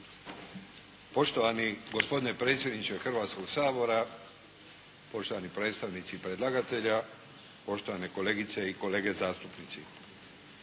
Poštovani gospodine predsjedniče Hrvatskog sabora, poštovani predstavnici predlagatelja, poštovane kolegice i kolege zastupnici!